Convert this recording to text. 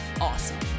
awesome